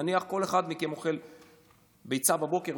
נניח כל אחד מכם אוכל ביצה בבוקר,